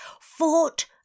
fought